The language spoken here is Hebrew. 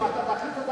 אם אתה מכניס את,